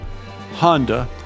Honda